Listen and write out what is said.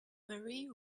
marie